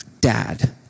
Dad